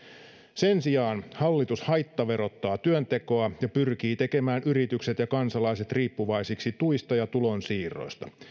sen sijaan hallitus haittaverottaa työntekoa ja pyrkii tekemään yritykset ja kansalaiset riippuvaisiksi tuista ja tulonsiirroista